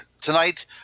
tonight